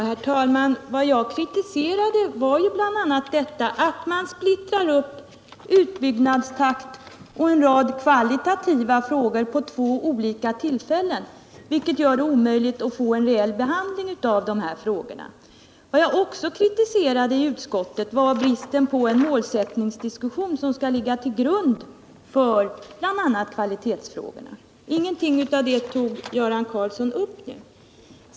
Herr talman! Jag kritiserade ju bl.a. att man splittrar upp utbyggnadstakt och en rad kvalitetsfrågor på två olika tillfällen, vilket gör det omöjligt att få en reell behandling av frågorna. En annan sak som jag kritiserade utskottet för var frånvaron av en diskussion om de mål som skall ligga till grund för bl.a. kvalitetsfrågorna. Ingenting av detta tog Göran Karlsson upp.